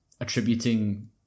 attributing